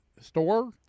Store